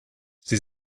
sie